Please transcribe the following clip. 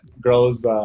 grows